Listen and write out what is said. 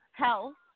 health